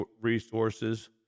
resources